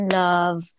love